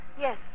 Yes